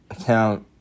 account